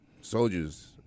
soldiers